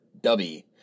Dubby